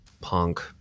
punk